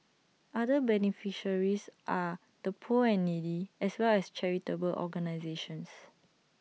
other beneficiaries are the poor and needy as well as charitable organisations